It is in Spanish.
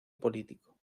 político